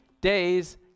days